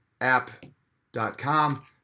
App.com